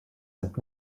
nimmt